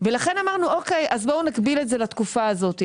ולכן אמרנו אוקיי, בואו נקביל את זה לתקופה הזאת.